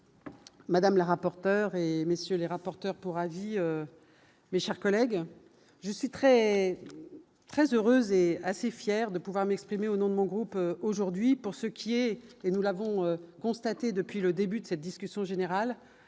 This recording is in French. Madame les rapport. Peur et messieurs les rapporteurs pour avis mais, chers collègues, je suis très, très heureuse et assez fière de pouvoir m'exprimer au nom de mon groupe aujourd'hui pour ce qui est et nous l'avons constaté depuis le début de cette discussion générale